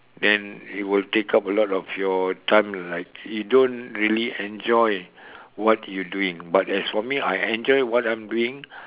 then it will take up a lot of your time like you don't really enjoy what you doing but as for me I enjoy what I'm doing